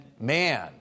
man